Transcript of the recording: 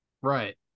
Right